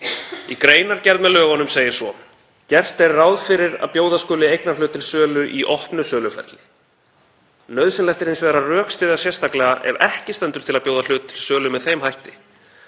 Í greinargerð með lögunum segir svo: „Gert er ráð fyrir að bjóða skuli eignarhlut til sölu í opnu söluferli. Nauðsynlegt er hins vegar að rökstyðja sérstaklega ef ekki stendur til að bjóða hlut til sölu með þeim hætti.